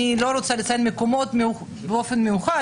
אני לא רוצה לציין מקומות באופן ספציפי,